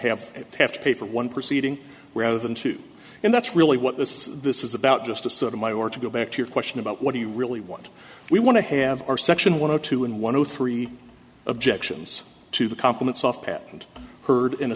it have to pay for one proceeding rather than two and that's really what this is this is about just a sort of my word to go back to your question about what do you really want we want to have our section one or two and one or three objections to the complements off patent heard in a